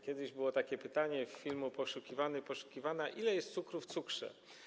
Kiedyś było takie pytanie w filmie „Poszukiwany, poszukiwana”, ile jest cukru w cukrze.